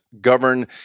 govern